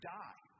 die